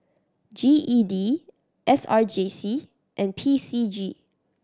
G E D S R J C and P C G